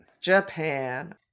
Japan